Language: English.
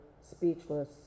speechless